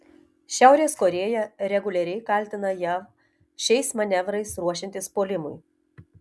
šiaurės korėja reguliariai kaltina jav šiais manevrais ruošiantis puolimui